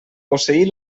posseir